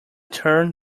turn